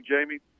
Jamie